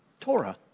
Torah